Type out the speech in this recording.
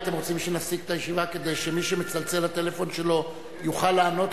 אם אתם רוצים שנפסיק את הישיבה כדי שמי שמצלצל הטלפון שלו יוכל לענות,